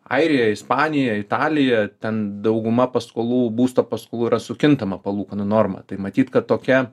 airija ispanija italija ten dauguma paskolų būsto paskolų yra su kintama palūkanų norma tai matyt kad tokia